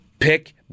Pick